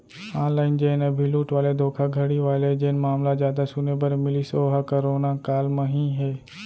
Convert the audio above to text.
online जेन अभी लूट वाले धोखाघड़ी वाले जेन मामला जादा सुने बर मिलिस ओहा करोना काल म ही हे